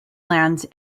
lands